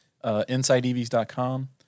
InsideEVs.com